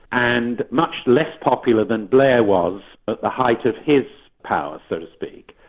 and much less popular than blair was at the height of his power so to speak.